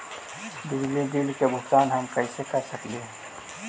बिजली बिल के भुगतान हम कैसे कर सक हिय?